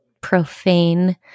profane